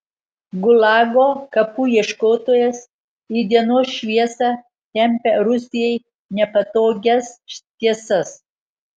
gulago kapų ieškotojas į dienos šviesą tempia rusijai nepatogias tiesas